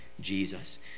Jesus